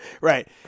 Right